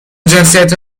جنسیت